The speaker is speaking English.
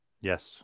Yes